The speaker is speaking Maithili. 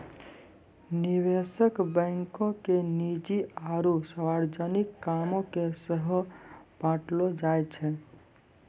निवेश बैंको के निजी आरु सार्वजनिक कामो के सेहो बांटलो जाय छै